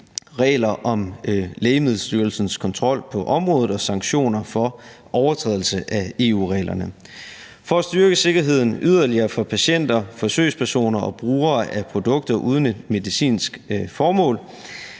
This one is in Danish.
regler om Lægemiddelstyrelsens kontrol på området og sanktioner for overtrædelse af EU-reglerne. For at styrke sikkerheden yderligere for patienter, forsøgspersoner og brugere af produkter uden et medicinsk formål